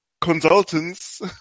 consultants